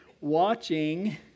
Watching